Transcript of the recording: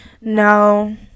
no